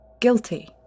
guilty